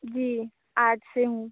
जी art से हूँ